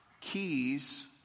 keys